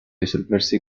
disolverse